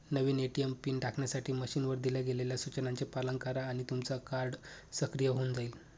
नवीन ATM PIN टाकण्यासाठी मशीनवर दिल्या गेलेल्या सूचनांचे पालन करा आणि तुमचं कार्ड सक्रिय होऊन जाईल